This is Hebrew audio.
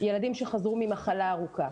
ילדים שחזרו ממחלה ארוכה,